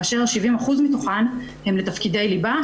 כאשר ה-70% מתוכן הן לתפקידי ליבה,